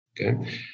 okay